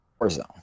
Warzone